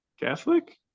catholic